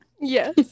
Yes